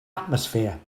atmosphere